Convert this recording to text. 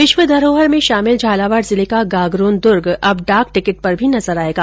विश्व धरोहर में शामिल झालावाड़ जिले का गागरोन दुर्ग अब डाक टिकिट पर भी नजर आयेगा